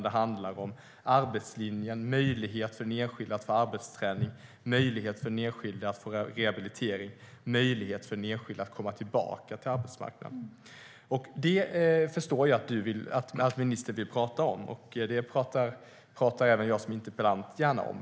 Det handlar om arbetslinjen, om möjlighet för den enskilde att få arbetsträning, om möjlighet för den enskilde att få rehabilitering och om möjlighet för den enskilde att komma tillbaka till arbetsmarknaden. Jag förstår att ministern vill tala om det. Och det talar även jag som interpellant gärna om.